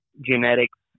genetics